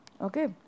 Okay